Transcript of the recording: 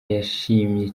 yashimye